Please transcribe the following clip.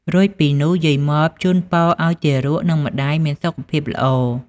រួចពីនោះ យាយម៉បជូនពរឱ្យទារក និងម្ដាយមានសុខភាពល្អ។